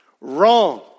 wrong